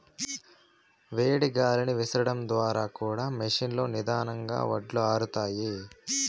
వేడి గాలిని విసరడం ద్వారా కూడా మెషీన్ లో నిదానంగా వడ్లు ఆరుతాయి